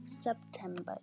September